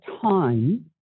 time